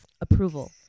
approval